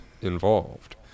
involved